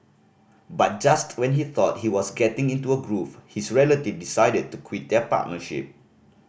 but just when he thought he was getting into a groove his relative decided to quit their partnership